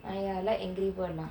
!aiya! I like angry bird lah